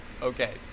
Okay